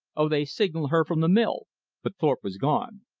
oh, they signal her from the mill but thorpe was gone.